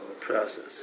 process